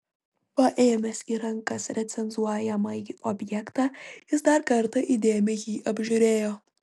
paėmęs į rankas recenzuojamąjį objektą jis dar kartą įdėmiai jį apžiūrėjo